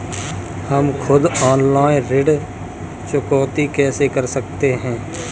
हम खुद ऑनलाइन ऋण चुकौती कैसे कर सकते हैं?